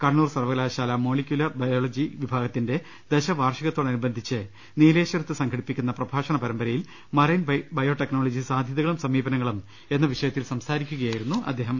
കണ്ണൂർ സർവകലാശാല molecular biology വിഭാഗത്തിന്റെ ദശവാർഷികത്തോടനുബന്ധിച്ചു നീലേശ്വരത്ത് സംഘടിപ്പിക്കുന്ന പ്രഭാഷണപരമ്പരയിൽ മറൈൻ ബയോടെക്നോളജി സാധ്യതകളും സമീപനങ്ങളും എന്ന വിഷയത്തിൽ സംസാരിക്കുക യായിരുന്നു അദ്ദേഹം